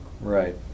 Right